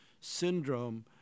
syndrome